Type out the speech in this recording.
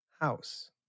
house